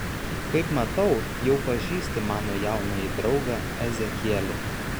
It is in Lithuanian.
kaip matau jau pažįsti mano jaunąjį draugą ezekielį